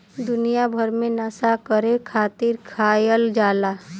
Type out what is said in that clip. दुनिया भर मे नसा करे खातिर खायल जाला